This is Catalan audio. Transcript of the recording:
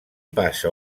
passa